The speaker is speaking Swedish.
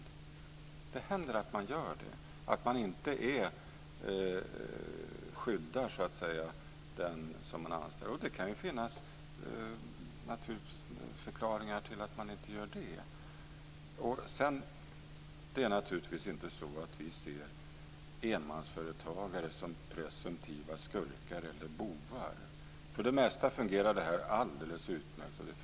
Det händer att företagarna inte gör det, och därmed inte skyddar den anställde. Det kan förstås finnas förklaringar till att de inte gör det. Naturligtvis ser inte vi enmansföretagare som presumtiva skurkar eller bovar. För det mesta fungerar detta alldeles utmärkt och bra.